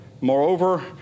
moreover